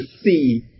see